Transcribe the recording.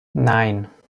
nein